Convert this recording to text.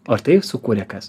o tai sukūrė kas